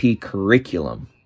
curriculum